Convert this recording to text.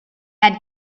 had